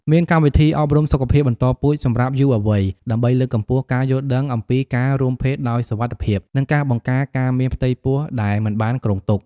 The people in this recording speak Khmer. មានកម្មវិធីអប់រំសុខភាពបន្តពូជសម្រាប់យុវវ័យ ដើម្បីលើកកម្ពស់ការយល់ដឹងអំពីការរួមភេទដោយសុវត្ថិភាព និងការបង្ការការមានផ្ទៃពោះដែលមិនបានគ្រោងទុក។